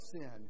sin